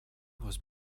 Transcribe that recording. was